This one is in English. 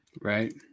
Right